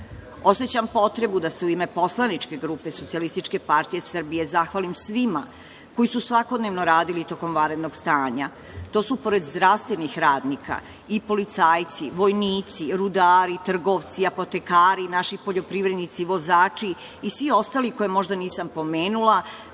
Dačiću. Osećam potrebu da se u ime poslaničke grupe SPS zahvalim svima koji su svakodnevno radili tokom vanrednog stanja. To su, pored zdravstvenih radnika, i policajci, vojnici, rudari, trgovci, apotekari, naši poljoprivrednici, vozači i svi ostali koje možda nisam pomenula,